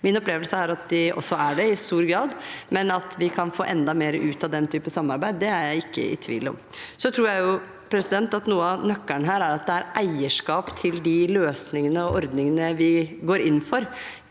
Min opplevelse er at de også er det i stor grad, men at vi kan få enda mer ut av den typen samarbeid, er jeg ikke i tvil om. Jeg tror at noe av nøkkelen her er at det er eierskap til de løsningene og ordningene vi går inn for,